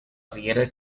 riera